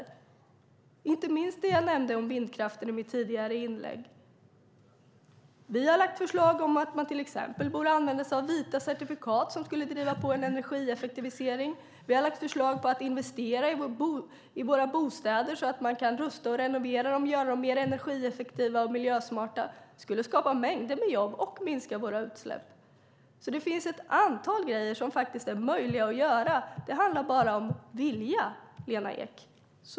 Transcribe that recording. Det gäller inte minst det jag nämnde om vindkraften i mitt tidigare inlägg. Vi har lagt fram förslag om att man till exempel borde använda sig av vita certifikat som skulle driva på en energieffektivisering. Vi har lagt fram förslag om att investera i våra bostäder så att man kan rusta och renovera dem och göra dem mer energieffektiva och miljösmarta. Det skulle skapa mängder av jobb och minska våra utsläpp. Det finns ett antal grejer som är möjliga att göra. Det handlar bara om att vilja, Lena Ek.